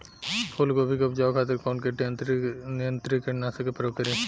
फुलगोबि के उपजावे खातिर कौन कीट नियंत्री कीटनाशक के प्रयोग करी?